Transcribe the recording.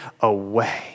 away